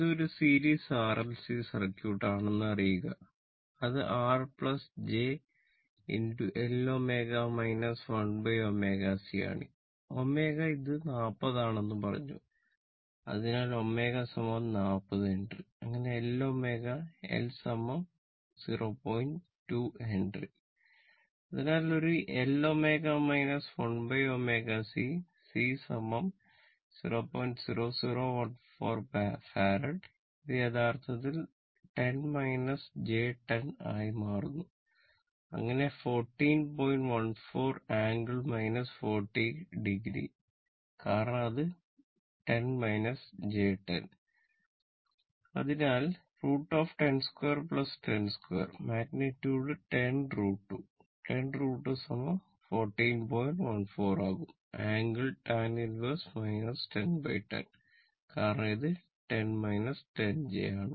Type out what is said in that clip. ഇത് ഒരു series R L C circuit കാരണം ഇത് 10 j 10 ആണ്